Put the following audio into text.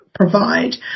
provide